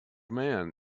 man